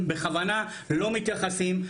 בכוונה לא מתייחסים,